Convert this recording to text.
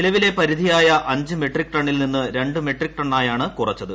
നിലവിലെ പരിധിയായ അഞ്ച് മെട്രിക് ടണ്ണിൽ നിന്ന് രണ്ട് മെട്രിക് ടണ്ണായാണ് കുറച്ചത്